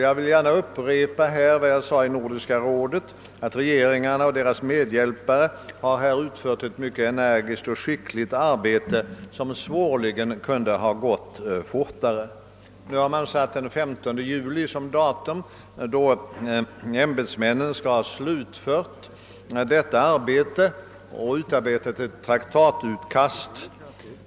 Jag vill gärna upprepa vad jag sade i Nordiska rådet, nämligen att regeringarna och deras medhjälpare utfört ett mycket energiskt och skickligt arbete, som svårligen kunde ha gått fortare. Den 15 juli har nu satts som det datum, vid vilket ämbetsmännen skall ha utarbetat ett traktatutkast.